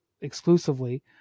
exclusively